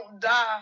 die